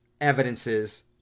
evidences